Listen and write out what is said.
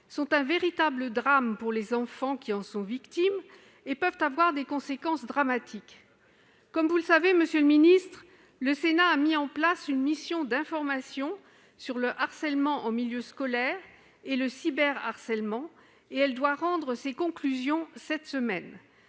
est un véritable drame pour les enfants qui en sont victimes et peut avoir des conséquences dramatiques. Comme vous le savez, monsieur le ministre, le Sénat a mis en place une mission d'information sur le harcèlement en milieu scolaire et le cyberharcèlement, laquelle doit rendre ses conclusions cette semaine.